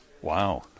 Wow